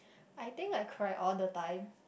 I think I cry all the time